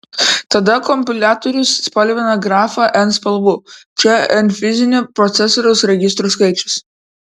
tada kompiliatorius spalvina grafą n spalvų čia n fizinių procesoriaus registrų skaičius